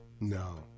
No